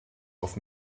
auf